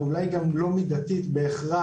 ואולי גם לא מידתית בהכרח,